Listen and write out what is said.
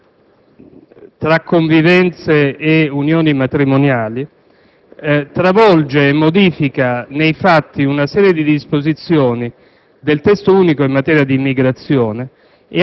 tra convivenze e unioni matrimoniali, travolge e modifica nei fatti una serie di disposizioni del Testo Unico in materia di immigrazione